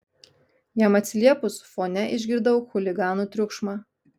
jam atsiliepus fone išgirdau chuliganų triukšmą